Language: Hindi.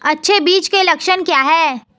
अच्छे बीज के लक्षण क्या हैं?